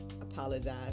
apologize